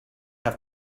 have